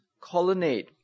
colonnade